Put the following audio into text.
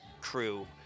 crew